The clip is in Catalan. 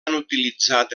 utilitzat